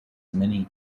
many